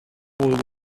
will